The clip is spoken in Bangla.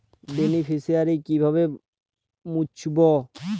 বেনিফিসিয়ারি কিভাবে মুছব?